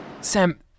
Sam